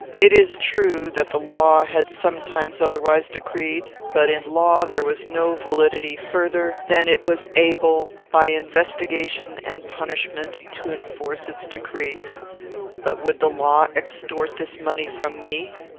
it is true, that the law had sometimes otherwise decreed, but in law there was no validity further than it was able, by investigation and punishment, to enforce its decrees but would the law extort this money from me?